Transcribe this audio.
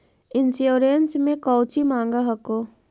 Insurance मे कौची माँग हको?